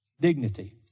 dignity